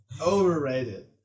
Overrated